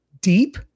deep